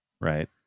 Right